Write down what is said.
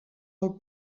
pel